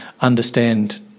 understand